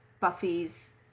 Buffy's